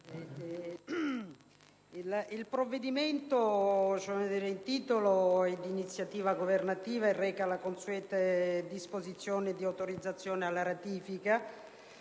il provvedimento in titolo è d'iniziativa governativa e reca le consuete disposizioni di autorizzazione alla ratifica,